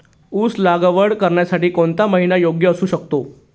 ऊस लागवड करण्यासाठी कोणता महिना योग्य असू शकतो?